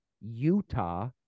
Utah